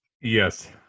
Yes